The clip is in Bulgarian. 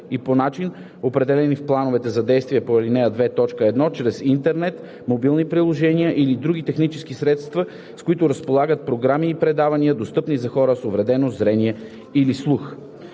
и по начини, определени в плановете за действие по ал. 2, т. 1, чрез интернет, мобилни приложения или други технически средства, с които разполагат, програми и предавания, достъпни за хората с увредено зрение или слух.